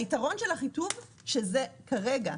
היתרון של אחיטוב שזה כרגע.